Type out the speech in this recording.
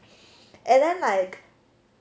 and then like